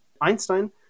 Einstein